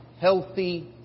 healthy